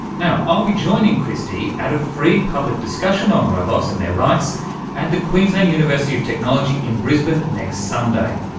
now, i'll be joining christy at a free public discussion on robots and their rights at the queensland university of technology in brisbane next sunday,